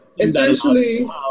essentially